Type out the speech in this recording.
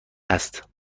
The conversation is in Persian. است